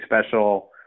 special